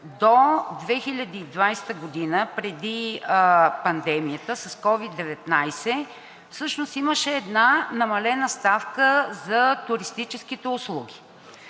До 2020 г. преди пандемията с COVID-19 всъщност имаше една намалена ставка за туристическите услуги.